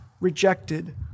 rejected